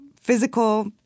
physical